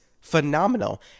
phenomenal